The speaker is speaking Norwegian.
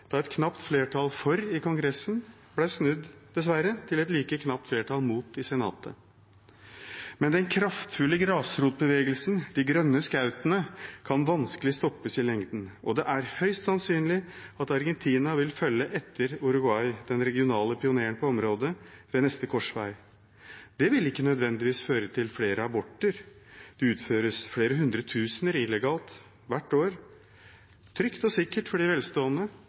da et knapt flertall for i kongressen ble snudd – dessverre – til et like knapt flertall mot i senatet. Men den kraftfulle grasrotbevegelsen «De grønne skautene» kan vanskelig stoppes i lengden, og det er høyst sannsynlig at Argentina vil følge etter Uruguay, den regionale pioneren på området, ved neste korsvei. Det vil ikke nødvendigvis føre til flere aborter. Det utføres flere hundre tusen illegalt hvert år – trygt og sikkert for de velstående,